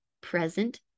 present